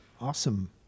Awesome